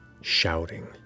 shouting